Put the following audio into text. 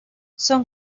son